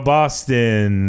Boston